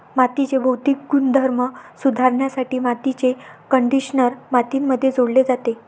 मातीचे भौतिक गुणधर्म सुधारण्यासाठी मातीचे कंडिशनर मातीमध्ये जोडले जाते